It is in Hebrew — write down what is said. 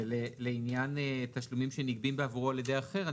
לעניין תשלומים שנגבים בעבורו על ידי אחר,